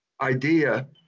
idea